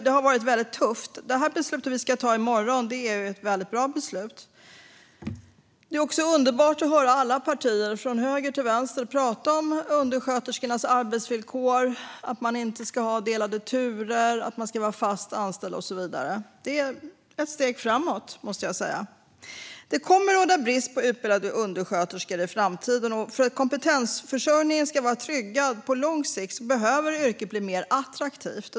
Det har varit tufft. Det beslut vi ska fatta i morgon är bra. Det är också underbart att höra alla partier, från höger till vänster, prata om undersköterskornas arbetsvillkor, att de inte ska ha delade turer, att de ska vara fast anställda och så vidare. Det är ett steg framåt. Det kommer att råda brist på utbildade undersköterskor i framtiden. För att kompetensförsörjningen ska vara tryggad på lång sikt behöver yrket bli mer attraktivt.